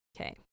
Okay